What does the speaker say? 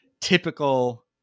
typical